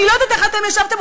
אני לא יודעת איך אתם ישבתם,